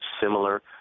similar